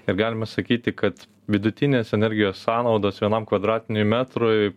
ir galima sakyti kad vidutinės energijos sąnaudos vienam kvadratiniui metrui